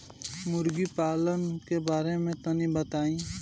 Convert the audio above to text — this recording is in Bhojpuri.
मुर्गी पालन के बारे में तनी बताई?